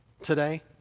today